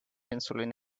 insulin